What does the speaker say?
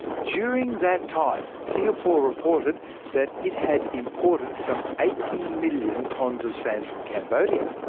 during that time, singapore reported that it had imported some eighty million tonnes of sand from cambodia.